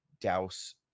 douse